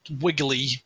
wiggly